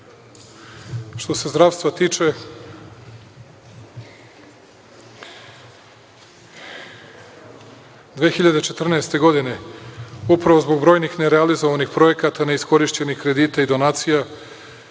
se zdravstva tiče, 2014. godine upravo zbog brojnih nerealizovanih projekata, neiskorišćenih kredita i donacija